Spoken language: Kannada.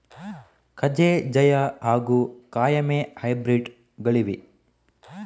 ಕಜೆ ಜಯ ಹಾಗೂ ಕಾಯಮೆ ಹೈಬ್ರಿಡ್ ಗಳಿವೆಯೇ?